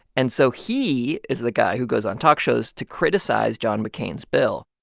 and so he is the guy who goes on talk shows to criticize john mccain's bill.